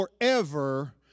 forever